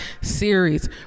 series